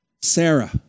Sarah